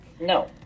No